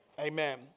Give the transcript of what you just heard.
amen